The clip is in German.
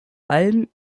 allem